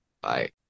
Bye